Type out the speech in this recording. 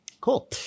Cool